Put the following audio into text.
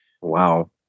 Wow